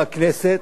בכנסת,